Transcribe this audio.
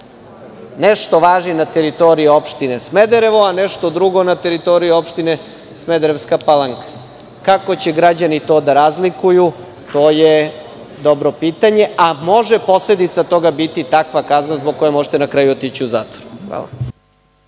Nešto važi na teritoriji opštine Smederevo, a nešto drugo na teritoriji opštine Smederevska Palanka. Kako će građani to da razlikuju, to je dobro pitanje, a posledica toga može biti takva kazna zbog koje možete na kraju otići u zatvor.